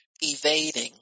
evading